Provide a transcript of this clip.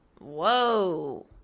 Whoa